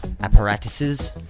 Apparatuses